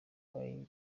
nina